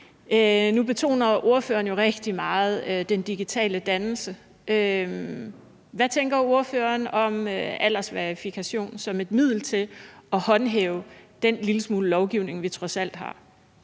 Nu betoner ordføreren jo rigtig meget den digitale dannelse. Hvad tænker ordføreren om aldersverificering som et middel til at håndhæve den lille smule lovgivning, vi trods alt har?